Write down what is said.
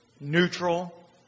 neutral